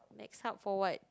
next hub for what